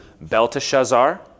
Belteshazzar